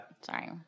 Sorry